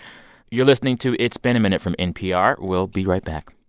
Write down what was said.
you're listening to it's been a minute from npr. we'll be right back